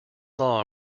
law